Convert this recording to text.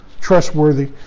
trustworthy